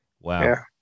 Wow